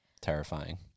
terrifying